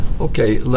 Okay